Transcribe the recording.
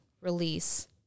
release